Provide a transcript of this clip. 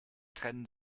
trennen